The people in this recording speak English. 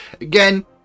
Again